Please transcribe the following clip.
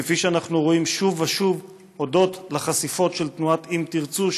כפי שאנחנו רואים שוב ושוב הודות לחשיפות של תנועת אם תרצו,